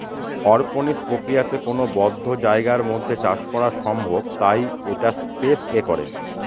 অরপনিক্স প্রক্রিয়াতে কোনো বদ্ধ জায়গার মধ্যে চাষ করা সম্ভব তাই এটা স্পেস এ করে